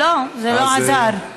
לא, זה לא עזר.